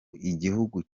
igihugu